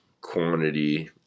quantity